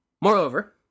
Moreover